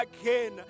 again